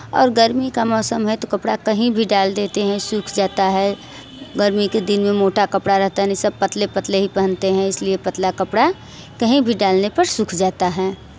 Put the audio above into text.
और गर्मी का मौसम है तो कपड़ा कहीं भी डाल देते हैं सूख जाता है गर्मी के दिन में मोटा कपड़ा रहता है नहीं सब पतले पतले ही पहनते हैं इसलिए पतला कपड़ा कहीं भी डालने पर सूख जाता है